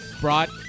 brought